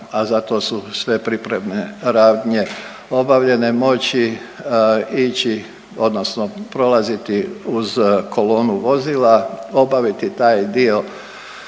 a za to sve pripremne radnje obavljene moći ići odnosno prolaziti uz kolonu vozila, obaviti taj dio